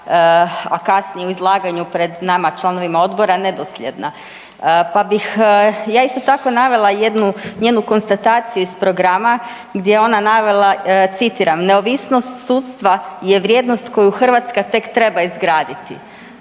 a kasnije u izlaganju pred nama članovima odbora, nedosljedna. Pa bih ja isto tako navela jednu njenu konstataciju iz programa gdje je ona navela, citiram „Neovisnost sudstva je vrijednost koju Hrvatska tek treba izgraditi“.